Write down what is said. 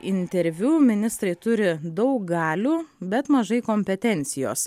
interviu ministrai turi daug galių bet mažai kompetencijos